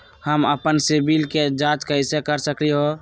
हम अपन सिबिल के जाँच कइसे कर सकली ह?